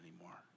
anymore